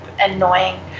annoying